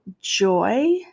joy